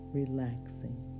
relaxing